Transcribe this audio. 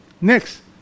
Next